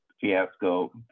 fiasco